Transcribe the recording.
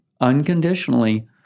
unconditionally